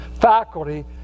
faculty